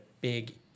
big